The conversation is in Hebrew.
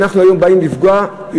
שאנחנו היום באים לפגוע בו,